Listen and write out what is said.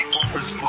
offers